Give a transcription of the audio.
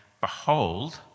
behold